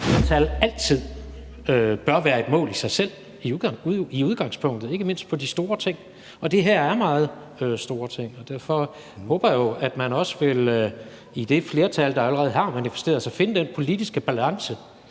flertal altid bør være et mål i sig selv i udgangspunktet, ikke mindst i forhold til de store ting. Og det her er meget store ting, og derfor håber jeg jo, at man også i det flertal, der allerede har manifesteret sig, vil finde den politiske balance,